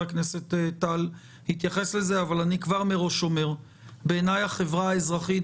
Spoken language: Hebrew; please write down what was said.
החברה האזרחית,